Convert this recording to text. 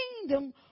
kingdom